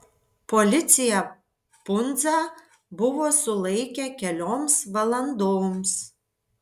policija pundzą buvo sulaikę kelioms valandoms